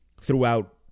throughout